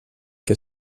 que